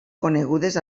conegudes